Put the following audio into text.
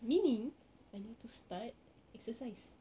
meaning I need to start exercise